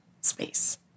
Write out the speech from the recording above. space